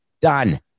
Done